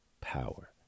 power